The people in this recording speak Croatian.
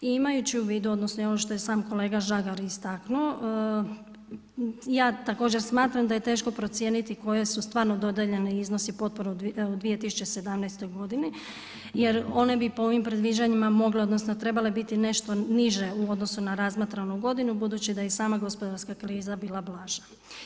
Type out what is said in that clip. I imajući u vidu odnosno ono što je sam kolega Žagar istaknuto ja također smatram da je teško procijeniti koje su stvarno dodijeljeni iznosi potpora u 2017. godini jer one bi prema ovim predviđanjima mogle odnosno trebale biti nešto niže u odnosu na razmatranu godinu i budući da je i sama gospodarska kriza bila blaža.